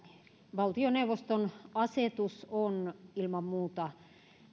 valtioneuvoston asetus on ilman muuta